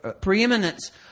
preeminence